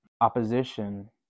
opposition